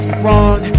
wrong